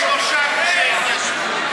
על שלושה גושי התיישבות,